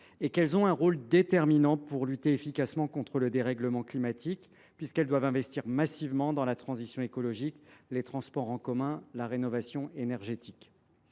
et qu’elles ont un rôle déterminant pour lutter efficacement contre le dérèglement climatique, puisqu’il leur revient d’investir massivement dans la transition écologique, les transports en commun, la rénovation énergétique.